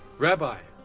rabbi.